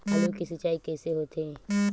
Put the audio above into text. आलू के सिंचाई कइसे होथे?